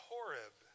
Horeb